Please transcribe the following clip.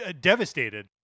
devastated